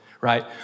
right